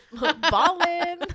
ballin